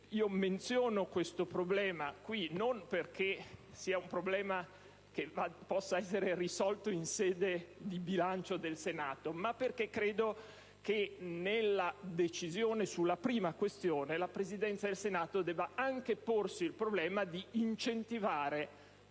Menziono questo problema non perché esso possa essere risolto in sede di approvazione del bilancio del Senato, ma perché credo che nella decisione sulla prima questione la Presidenza del Senato debba anche porsi il problema di incentivare